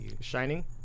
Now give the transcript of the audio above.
Shining